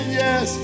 yes